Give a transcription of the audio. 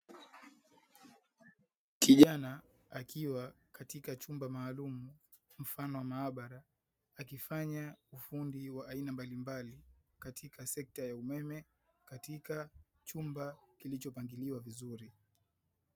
Kijana akiwa katika chumba maalumu mfano wa maabara, akifanya ufundi wa aina mbalimbali katika sekta ya umeme katika chumba kilichopangiliwa vizuri.